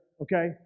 okay